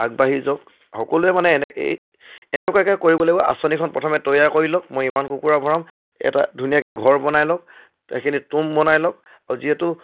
আগবাঢ়ি যাওক সকলোৱে মানে এনে এই এনেকুৱাকৈ কৰিব লাগিব আঁচনিখন প্ৰথমে তৈয়াৰ কৰি লওক মই ইমান কুকুৰা ভৰাম এটা ধুনীয়াকৈ ঘৰ বনাই লওক সেইখিনি তুম বনাই লওক আৰু যিহেতু